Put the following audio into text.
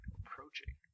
approaching